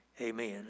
Amen